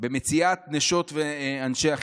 במציאת נשות ואנשי החינוך,